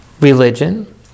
religion